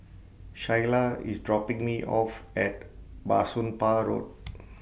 Shyla IS dropping Me off At Bah Soon Pah Road